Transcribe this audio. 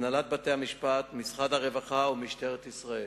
הנהלת בתי-המשפט, משרד הרווחה ומשטרת ישראל.